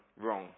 wrong